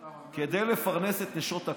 כדי לפרנס את נשות הכותל.